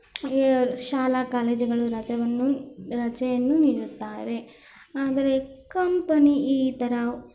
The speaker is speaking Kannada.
ಶಾಲಾ ಕಾಲೇಜುಗಳು ರಜಾವನ್ನು ರಜೆಯನ್ನು ನೀಡುತ್ತಾರೆ ಆದರೆ ಕಂಪನಿ ಈ ಥರ